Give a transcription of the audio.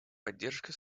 поддержка